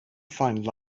find